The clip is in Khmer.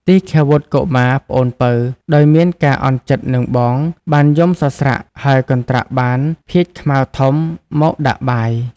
ទីឃាវុត្ត កុមារ (ប្អូនពៅ) ដោយមានការអន់ចិត្តនឹងបង បានយំសស្រាក់ ហើយកន្ត្រាក់បាន ភាជន៍ខ្មៅធំ មកដាក់បាយ។